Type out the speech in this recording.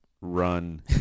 run